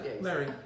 Larry